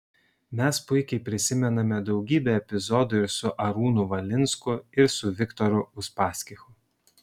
mes puikiai prisimename daugybę epizodų ir su arūnu valinsku ir su viktoru uspaskichu